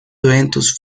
eventos